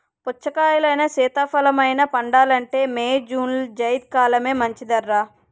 పుచ్చకాయలైనా, సీతాఫలమైనా పండాలంటే మే, జూన్లో జైద్ కాలమే మంచిదర్రా